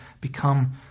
become